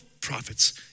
prophets